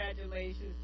Congratulations